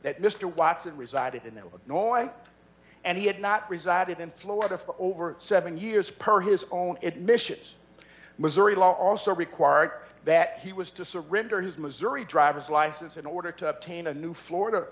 that mr watson resided in the illinois and he had not resided in florida for over seven years per his own admissions missouri law also required that he was to surrender his missouri driver's license in order to obtain a new florida